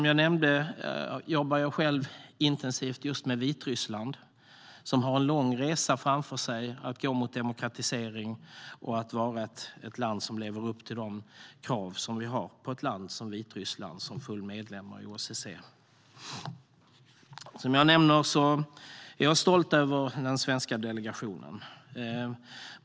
Jag jobbar intensivt just med Vitryssland, som har en lång resa framför sig att gå mot demokratisering och vara ett land som lever upp till de krav som vi ställer på ett land som Vitryssland som fullvärdig medlem av OSSE. Som jag nämnde är jag stolt över den svenska delegationen.